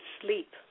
sleep